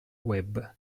web